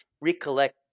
recollect